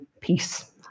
peace